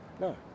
no